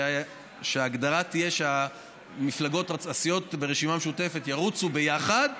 שההגדרה תהיה שהסיעות ברשימה משותפת ירוצו ביחד,